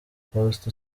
faustin